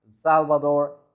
Salvador